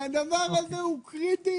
זה קריטי.